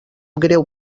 greu